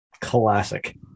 Classic